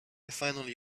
finally